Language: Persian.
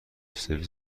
سرویس